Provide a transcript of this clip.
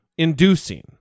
Inducing